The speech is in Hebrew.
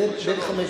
מעבר לשלוש.